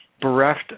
bereft